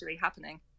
happening